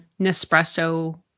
Nespresso